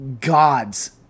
gods